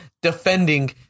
defending